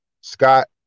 Scott